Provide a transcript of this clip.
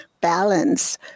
balance